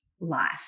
life